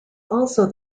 also